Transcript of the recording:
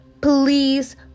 please